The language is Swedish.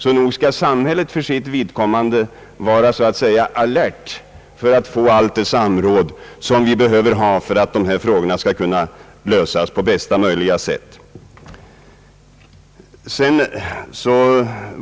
Nog skall samhället för sitt vidkommande vara alert för att få allt det samråd som vi behöver ha för att dessa frågor skall kunna lösas på bästa möjliga sätt.